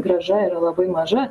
grąža yra labai maža